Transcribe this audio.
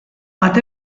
bat